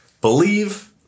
Believe